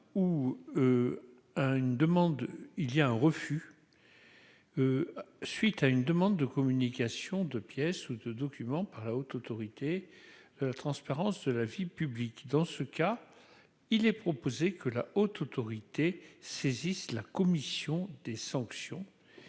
il y a un refus suite à une demande de communication de pièces ou de documents par la Haute autorité, transparence de la vie publique dans ce cas, il est proposé que la Haute autorité saisisse la commission des sanctions